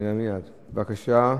בבקשה.